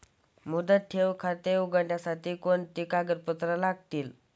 मुदत ठेव खाते उघडण्यासाठी कोणती कागदपत्रे लागतील?